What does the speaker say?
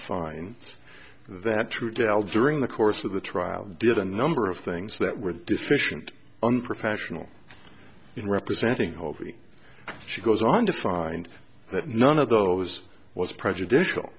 find that true dale during the course of the trial did a number of things that were deficient unprofessional in representing hoping she goes on to find that none of those was prejudicial